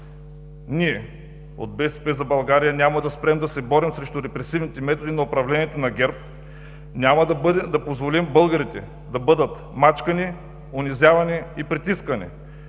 Ние, от „БСП за България“, няма да спрем да се борим срещу репресивните методи на управлението на ГЕРБ, няма да позволим българите да бъдат мачкани, унизявани и притискани.